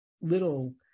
little